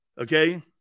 Okay